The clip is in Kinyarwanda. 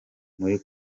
muri